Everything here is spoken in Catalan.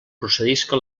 procedisca